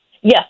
Yes